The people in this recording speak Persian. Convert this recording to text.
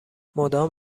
مدام